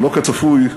שלא כצפוי,